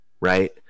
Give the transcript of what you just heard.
right